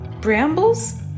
brambles